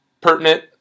pertinent